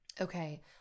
Okay